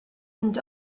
went